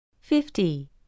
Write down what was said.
fifty